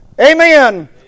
Amen